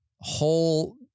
whole